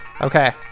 Okay